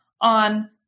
on